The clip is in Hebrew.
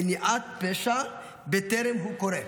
מניעת פשע בטרם הוא קורה,